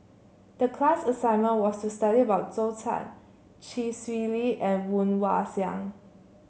the class assignment was to study about Zhou Can Chee Swee Lee and Woon Wah Siang